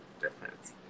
difference